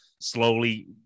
slowly